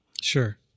Sure